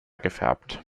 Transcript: gefärbt